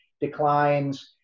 declines